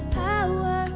power